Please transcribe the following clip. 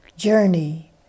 journey